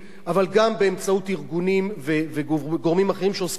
אבל גם באמצעות ארגונים וגורמים אחרים שעוסקים בזה,